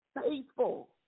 faithful